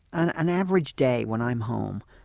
an average day when i'm home,